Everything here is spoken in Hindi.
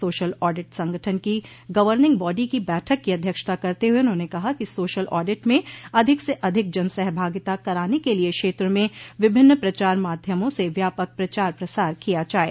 सोशल ऑडिट संगठत की गवर्निंग बॉडी की बैठक की अध्यक्षता करते हुए उन्होंने कहा कि सोशल ऑडिट में अधिक से अधिक जनसहभागिता कराने के लिए क्षेत्र में विभिन्न प्रचार माध्यमों से व्यापक प्रचार प्रसार किया जाये